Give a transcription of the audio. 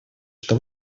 что